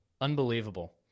Unbelievable